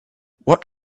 what